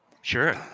Sure